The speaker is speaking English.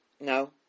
No